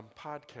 podcast